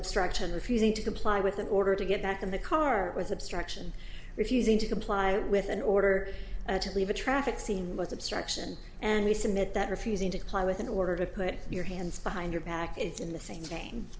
obstruction refusing to comply with an order to get back in the car with obstruction refusing to comply with an order to leave a traffic scene was obstruction and we submit that refusing to comply with an order to put your hands behind your back it's in the same